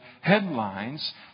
headlines